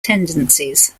tendencies